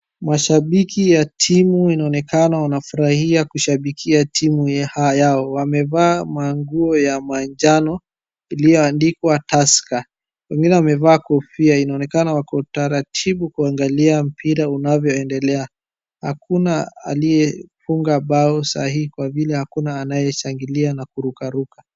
Mashabiki ya timu inaonekana wanafurahia kushabikia timu yao, wamevaa manguo ya manjano iliyoandikwa Tusker, wengine wamevaa kofia, inaonekana wako taratibu kuangalia mpira unavyoendelea hakuna aliyefunga bao sahii kwa vile hakuna anayeshangilia na kurukaruka.